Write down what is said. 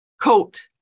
coat